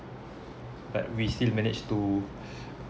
like we still managed to